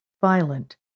violent